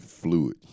Fluid